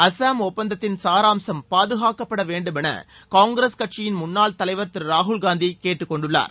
அஸ்ஸாம் ஒப்பந்தத்தின் சாராம்சம் பாதுகாக்கப்பட வேண்டும் என காங்கிரஸ் கட்சியின் முன்னாள் தலைவர் திரு ராகுல்காந்தி கேட்டுக் கொண்டுள்ளார்